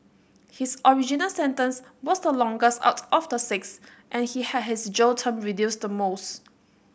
his original sentence was the longest out of the six and he had his jail term reduced the most